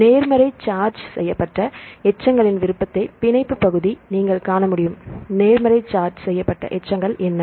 நேர்மறை சார்ஜ் செய்யப்பட்ட எச்சங்களின் விருப்பத்தை பிணைப்பு பகுதி நீங்கள் காண முடியும் நேர்மறை சார்ஜ் செய்யப்பட்ட எச்சங்கள் என்ன